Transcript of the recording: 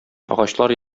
агачлар